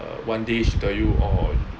one day she tell you orh